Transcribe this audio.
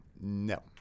No